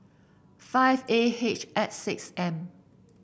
five A H X six M